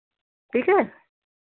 ठीक है